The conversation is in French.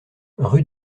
rue